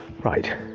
Right